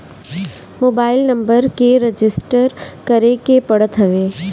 mobile number के register करे के पड़त हवे